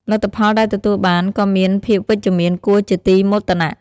លទ្ធផលដែលទទួលបានក៏មានភាពវិជ្ជមានគួរជាទីមោទនៈ។